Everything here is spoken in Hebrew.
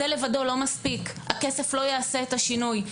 זה לבד לא מספיק, הכסף לא יעשה את השינוי.